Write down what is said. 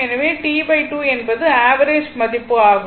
எனவே 1T2 என்பது average மதிப்பு ஆகும்